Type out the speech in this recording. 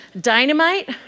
dynamite